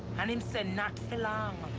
and him say, not for long.